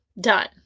done